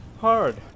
hard